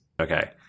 Okay